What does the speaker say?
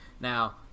Now